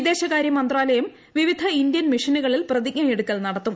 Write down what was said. വിദേശകാര്യമന്ത്രാലയം വിവിധ ഇന്ത്യൻ മിഷനുകളിൽ പ്രതിജ്ഞ എടുക്കൽ നടത്തും